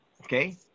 okay